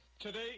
today